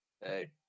Hey